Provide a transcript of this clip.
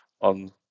on